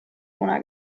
una